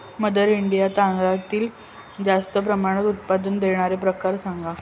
mother India तांदळातील जास्त प्रमाणात उत्पादन देणारे प्रकार सांगा